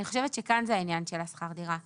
אני חושבת שכאן זה העניין של שכר הדירה,